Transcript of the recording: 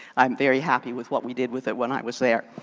i'm very happy with what we did with it when i was there.